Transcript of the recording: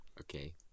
Okay